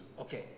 Okay